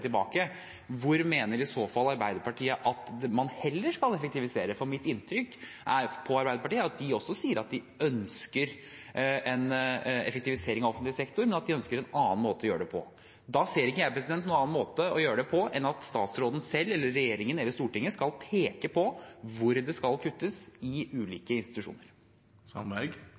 tilbake: Hvor mener i så fall Arbeiderpartiet at man heller skal effektivisere? For mitt inntrykk er at Arbeiderpartiet også sier at de ønsker en effektivisering av offentlig sektor, men at de ønsker en annen måte å gjøre det på. Da ser jeg ikke noen annen måte å gjøre det på enn at statsråden selv, eller regjeringen eller Stortinget, skal peke på hvor det skal kuttes i ulike